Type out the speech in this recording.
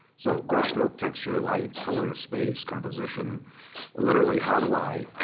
so brushstroke, texture, light, color, space, composition literally, how do i,